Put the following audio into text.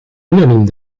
unaniem